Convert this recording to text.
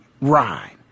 ride